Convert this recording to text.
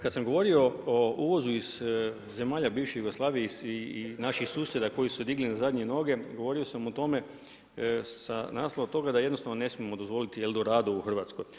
Kad sam govorio o uvozu iz zemalja bivše Jugoslavije i naših susjeda koji su se digli na zadnje noge, govorio sam o tome sa naslova toga da jednostavno ne smijemo dozvoliti Eldorado u Hrvatskoj.